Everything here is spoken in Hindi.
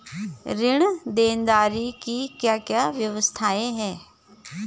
ऋण देनदारी की क्या क्या व्यवस्थाएँ हैं?